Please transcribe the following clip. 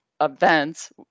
Events